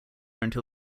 until